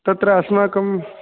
तत्र अस्माकं